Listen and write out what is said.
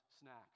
snacks